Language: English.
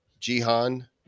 Jihan